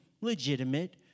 legitimate